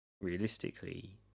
realistically